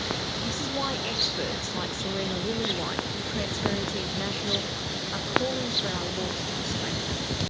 this is why experts like serena lillywhite from transparency international are calling for our laws to be strengthened,